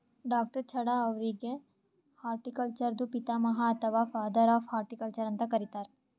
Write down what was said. ಡಾ.ಚಢಾ ಅವ್ರಿಗ್ ಹಾರ್ಟಿಕಲ್ಚರ್ದು ಪಿತಾಮಹ ಅಥವಾ ಫಾದರ್ ಆಫ್ ಹಾರ್ಟಿಕಲ್ಚರ್ ಅಂತ್ ಕರಿತಾರ್